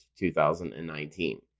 2019